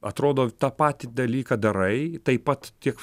atrodo tą patį dalyką darai taip pat tiek